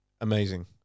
Amazing